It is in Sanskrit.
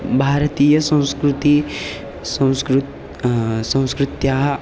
भारतीयसंस्कृतिः संस्कृ संस्कृत्याः